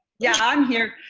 yeah, i'm here.